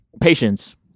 patience